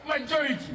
majority